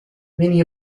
many